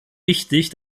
wichtig